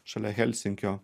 šalia helsinkio